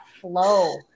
flow